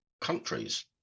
countries